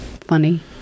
Funny